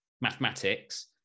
mathematics